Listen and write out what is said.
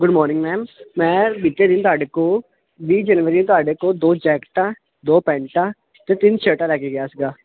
good morning ma'am ਮੈਂ ਬੀਤੇ ਦਿਨ ਤੁਹਾਡੇ ਕੋਲ ਵੀਹ ਜਨਵਰੀ ਤੁਹਾਡੇ ਕੋਲ ਦੋ ਜੈਕਟਾਂ ਦੋ ਪੈਂਟਾ ਤੇ ਤਿੰਨ ਸ਼ਰਟਾ ਲੈ ਕੇ ਗਿਆ